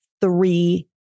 three